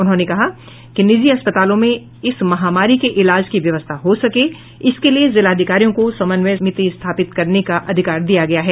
उन्होंने कहा कि निजी अस्पतालों में इस महामारी के इलाज की व्यवस्था हो सके इसके लिए जिलाधिकारियों को समन्वय स्थापित करने का अधिकार दिया गया है